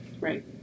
Right